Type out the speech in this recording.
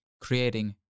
creating